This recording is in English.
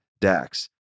DAX